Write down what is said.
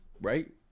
right